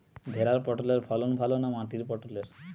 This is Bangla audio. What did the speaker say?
ভেরার পটলের ফলন ভালো না মাটির পটলের?